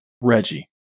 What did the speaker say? Reggie